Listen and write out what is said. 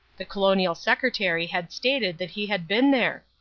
the colonial secretary had stated that he had been there.